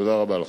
תודה רבה לכם.